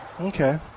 Okay